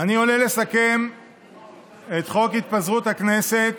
אני עולה לסכם את חוק התפזרות הכנסת,